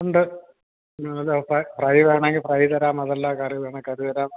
ഉണ്ട് ഫ്രൈ വേണമെങ്കില് ഫ്രൈ തരാം അതല്ല കറി വേണമെങ്കില് കറി തരാം